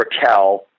Raquel